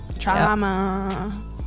Trauma